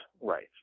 Right